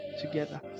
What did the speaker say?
together